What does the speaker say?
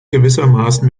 gewissermaßen